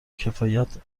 کفایت